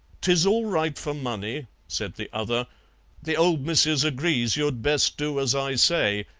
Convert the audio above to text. tis all right for money, said the other the old missus agrees you'd best do as i say,